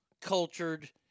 cultured